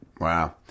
Wow